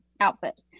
outfit